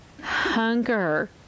Hunger